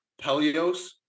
Pelios